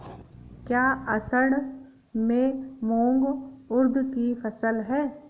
क्या असड़ में मूंग उर्द कि फसल है?